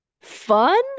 fun